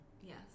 yes